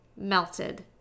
melted